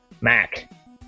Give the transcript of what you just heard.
Mac